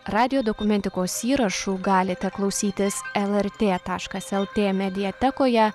radijo dokumentikos įrašų galite klausytis lrt taškas lt mediatekoje